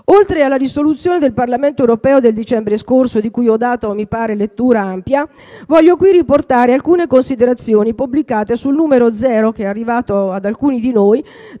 Oltre alla risoluzione del Parlamento europeo del dicembre 2010 di cui ho dato lettura ampia, voglio qui riportare alcune considerazioni pubblicate sul numero zero, arrivato ad alcuni di noi,